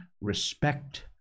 respect